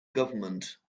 government